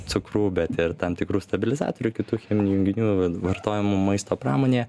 cukrų bet ir tam tikru stabilizatorių kitų cheminių junginių vartojamų maisto pramonėje